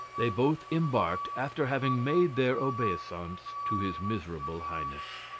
they both embarked after having made their obeisance to his miserable highness.